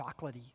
chocolatey